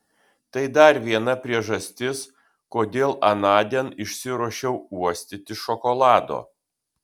tai dar viena priežastis kodėl anądien išsiruošiau uostyti šokolado